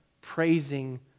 praising